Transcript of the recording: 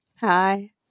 Hi